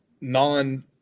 non